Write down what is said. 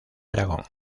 aragón